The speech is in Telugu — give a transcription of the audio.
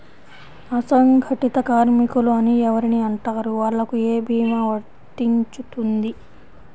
అసంగటిత కార్మికులు అని ఎవరిని అంటారు? వాళ్లకు ఏ భీమా వర్తించుతుంది?